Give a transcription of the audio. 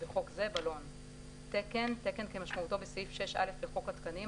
(בחוק זה- בלון); "תקן" תקן כמשמעותו בסעיף 6(א) לחוק התקנים,